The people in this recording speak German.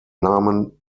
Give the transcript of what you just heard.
nahmen